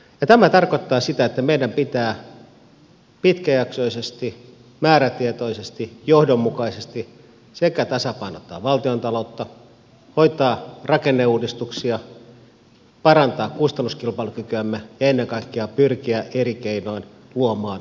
ja tämä tarkoittaa sitä että meidän pitää pitkäjaksoisesti määrätietoisesti johdonmukaisesti tasapainottaa valtiontaloutta hoitaa rakenneuudistuksia parantaa kustannuskilpailukykyämme ja ennen kaikkea pyrkiä eri keinoin luomaan uutta